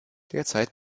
derzeit